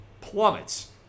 plummets